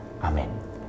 Amen